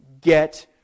get